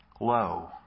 low